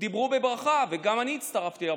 דיברו בברכה, וגם אני הצטרפתי לברכות,